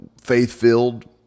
faith-filled